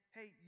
hey